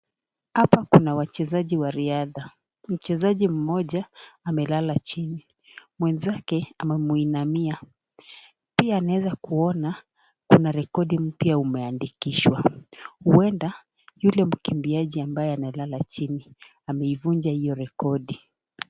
Hapa Kuna wachezaji wa riadha, mchezaji Mmoja amelala chini mwenzake amemwinamia, pia naweza kuona kunarekodi mpya umeandikizwa huenda yule mkimbiaji ambaye analala chini ameivunja hiyo rekodi.